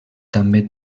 també